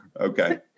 okay